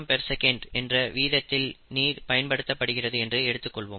25 kgs என்ற வீதத்தில் நீர் பயன்படுத்தப்படுகிறது என்று எடுத்துக்கொள்வோம்